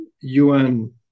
UN